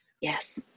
yes